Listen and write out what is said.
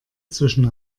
zwischen